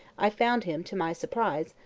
i found him, to my surprise,